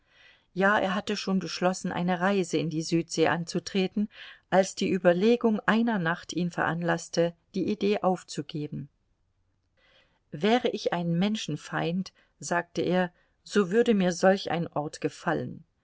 ja er hatte schon beschlossen eine reise in die südsee anzutreten als die überlegung einer nacht ihn veranlaßte die idee aufzugeben wäre ich ein menschenfeind sagte er so würde mir solch ein ort gefallen